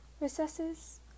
recesses